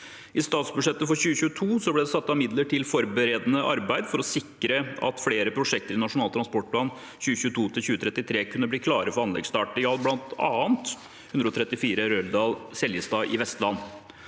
I statsbudsjettet for 2022 ble det satt av midler til forberedende arbeid for å sikre at flere prosjekter i Nasjonal transportplan 2022–2033 kunne bli klare for anleggsstart. Det gjaldt bl.a. E134 Røldal–Seljestad i Vestland.